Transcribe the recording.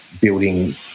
building